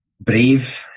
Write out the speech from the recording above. brave